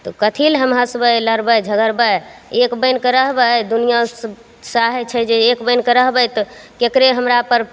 तऽ कथी ले हम हँसबै लड़बै झगड़बै एक बनिके रहबै दुनिआँ साहै छै जे एक बनिके रहबै तऽ ककरो हमरापर